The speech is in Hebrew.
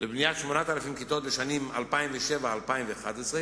לבניית 8,000 כיתות בשנים 2007 2011,